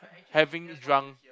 having drunk